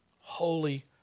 Holy